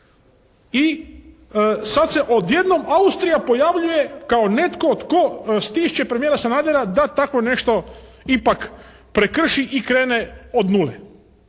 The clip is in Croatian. I sad se odjednom Austrija pojavljuje kao netko tko stišće premijera Sanadera da takvo nešto ipak prekrši i krene od nule.